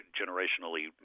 generationally